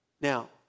Now